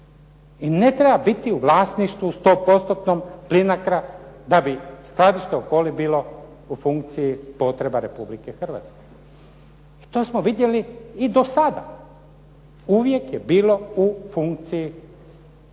I ne treba biti u vlasništvu 100%-tnom Plinacra da bi skladište u Okoli bilo u funkciji potreba Republike Hrvatske. To smo vidjeli i do sada, uvijek je bilo u funkciji